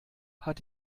hat